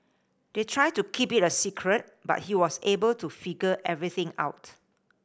they tried to keep it a secret but he was able to figure everything out